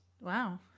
Wow